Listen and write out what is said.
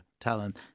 talent